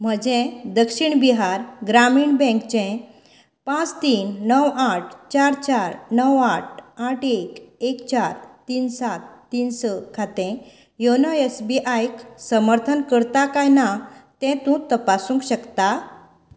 म्हजें दक्षिण बिहार ग्रामीण बँकचें पांच तीन णव आठ चार चार णव आठ आठ एक एक चार तीन सात तीन स खातें योनो एस बी आयक समर्थन करता काय ना तें तूं तपासूंक शकता